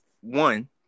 one